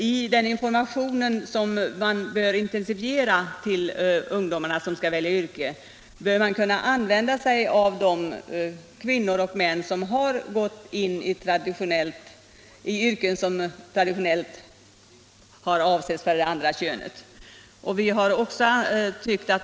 I en intensifierad information till ungdomarna som skall välja yrke bör man använda sig av de kvinnor och män som gått in i yrken som traditionellt ansetts vara för det andra könet.